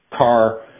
car